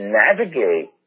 navigate